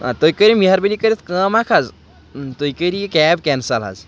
آ تُہۍ کٔرِو مہربٲنی کٔرِتھ کٲم اَکھ حظ تُہۍ کٔرِو یہِ کیب کٮ۪نسَل حظ